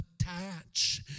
attach